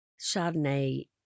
Chardonnay